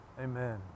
Amen